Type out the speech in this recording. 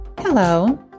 Hello